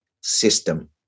system